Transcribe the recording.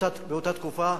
אבל באותה תקופה,